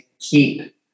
keep